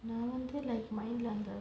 நான் வந்து:naan vanthu like mind lah